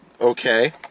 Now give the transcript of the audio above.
Okay